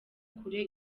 kure